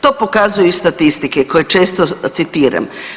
To pokazuju i statistike koje često citiram.